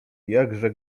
jakże